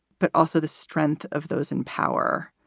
but also the strength of those in power.